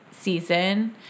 season